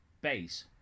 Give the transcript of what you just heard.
base